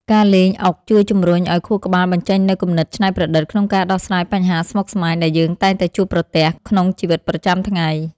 ការលេងអុកជួយជម្រុញឱ្យខួរក្បាលបញ្ចេញនូវគំនិតច្នៃប្រឌិតក្នុងការដោះស្រាយបញ្ហាស្មុគស្មាញដែលយើងតែងតែជួបប្រទះក្នុងជីវិតរស់នៅ។